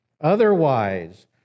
Otherwise